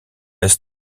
est